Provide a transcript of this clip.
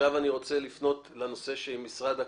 עכשיו אני רוצה לפנות לנושא שמעלה משרד הכלכלה,